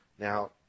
Now